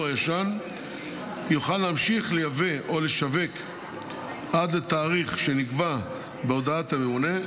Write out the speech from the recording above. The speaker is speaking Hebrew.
הישן יוכל להמשיך לייבא או לשווק עד לתאריך שנקבע בהודעת הממונה,